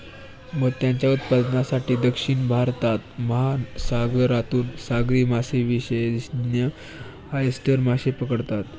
मोत्यांच्या उत्पादनासाठी, दक्षिण भारतात, महासागरातून सागरी मासेविशेषज्ञ ऑयस्टर मासे पकडतात